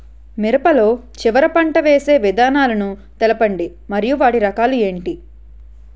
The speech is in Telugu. మిరప లో చివర పంట వేసి విధానాలను తెలపండి మరియు వాటి రకాలు ఏంటి